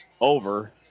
over